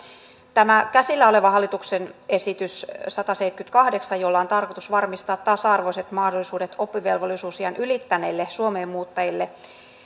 tämä käsillä oleva hallituksen esitys sataseitsemänkymmentäkahdeksan jolla on tarkoitus varmistaa tasa arvoiset mahdollisuudet oppivelvollisuusiän ylittäneille suomeen muuttajille